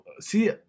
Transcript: See